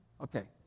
Okay